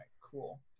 cool